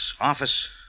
Office